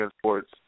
Sports